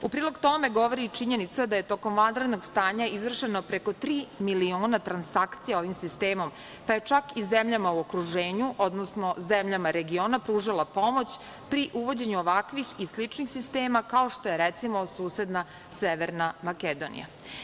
U prilog tome govori i činjenica da je tokom vanrednog stanja izvršeno preko tri miliona transakcija ovim sistemom, pa je čak i zemljama u okruženju, odnosno zemljama u regionu pružala pomoć pri uvođenju ovakvih i sličnih sistema kao što je, recimo, susedna Severna Makedonija.